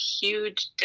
huge